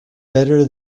better